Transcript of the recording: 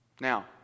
Now